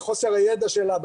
בחוסר הידע שלה,